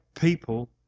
people